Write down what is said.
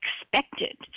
expected